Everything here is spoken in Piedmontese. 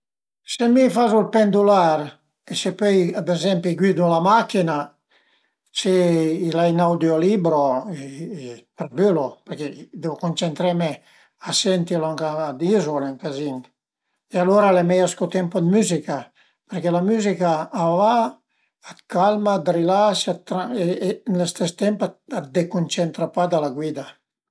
Se mi fazu ël pendular e se pöi ad ezempi guidu la machin-a, se l'ai ün audiolibro tribülu perché deu cuncentreme a senti lon ch'a dizu, al e ün cazin, alura al e mei scuté ën po dë müzica perché la müzica a va, a t'calma, a t'rilasa e a lë stes temp a t'decuncentra pa da la guida